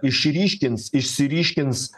išryškins išsiryškins